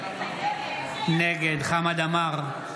נגד חמד עמאר,